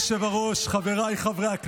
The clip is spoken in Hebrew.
מדובר באדם ערכי.